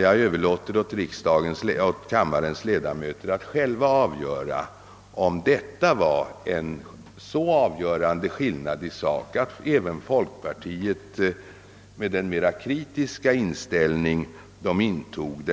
Jag överlåter åt kammarens ledamöter att själva avgöra om detta var en så avgörande skillnad i sak, att även folkpartiet med den mera kritiska inställning det intog